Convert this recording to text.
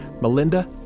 Melinda